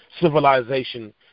civilization